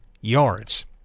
yards